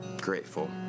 grateful